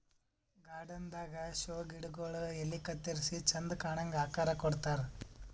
garden ದಾಗಾ show ಗಿಡಗೊಳ್ ಎಲಿ ಕತ್ತರಿಸಿ ಚಂದ್ ಕಾಣಂಗ್ ಆಕಾರ್ ಕೊಡ್ತಾರ್